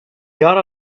got